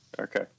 Okay